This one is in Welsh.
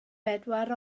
bedwar